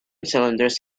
cylinders